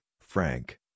Frank